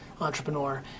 entrepreneur